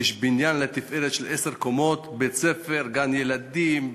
יש בניין לתפארת של עשר קומות, בית-ספר, גן-ילדים,